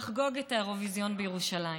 לחגוג את האירוויזיון בירושלים.